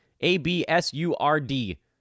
A-B-S-U-R-D